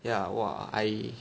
ya !wah! I